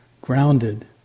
grounded